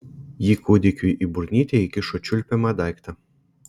ji kūdikiui į burnytę įkišo čiulpiamą daiktą